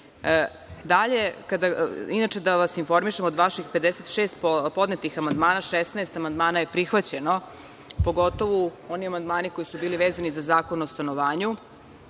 inače da vas informišem, od vaših 56 podnetih amandmana 16 amandmana je prihvaćeno, pogotovo oni amandmani koji su bili vezani za Zakon o stanovanju.